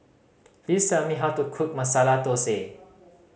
please tell me how to cook Masala Dosa